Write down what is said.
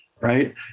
right